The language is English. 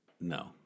No